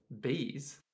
Bees